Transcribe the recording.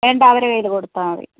വേണ്ട അവരുടെ കയ്യില് കൊടുത്താൽ മതി